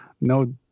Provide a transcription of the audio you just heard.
no